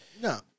No